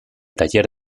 taller